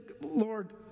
Lord